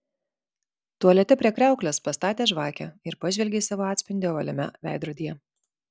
tualete prie kriauklės pastatė žvakę ir pažvelgė į savo atspindį ovaliame veidrodyje